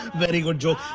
very good joke.